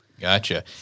Gotcha